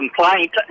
complaint